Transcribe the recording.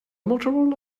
motorola